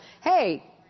hey